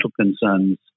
concerns